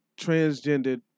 Transgendered